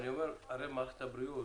אני אומר הרי מערכת הבריאות